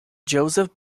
joseph